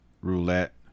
roulette